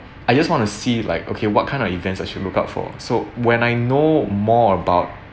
I just want to see like okay what kind of events I should look out for so when I know more about